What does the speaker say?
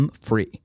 free